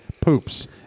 poops